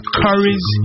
curries